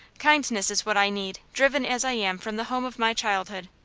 kindness is what i need, driven as i am from the home of my childhood.